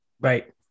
Right